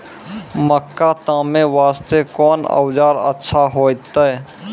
मक्का तामे वास्ते कोंन औजार अच्छा होइतै?